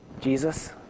Jesus